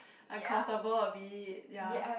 uncomfortable a bit yea